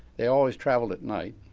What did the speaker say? they always traveled at night.